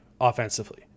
offensively